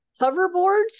hoverboards